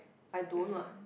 I don't what